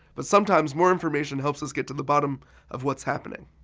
but sometimes more information helps us get to the bottom of what's happening.